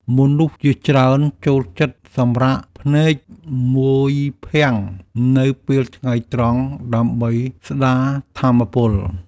មនុស្សជាច្រើនចូលចិត្តសម្រាកភ្នែកមួយភាំងនៅពេលថ្ងៃត្រង់ ដើម្បីស្តារថាមពល។